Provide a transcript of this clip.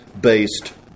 based